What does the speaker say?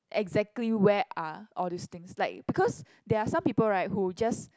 exactly where are all these things like because there are some people right who just